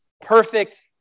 perfect